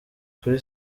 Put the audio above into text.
kuri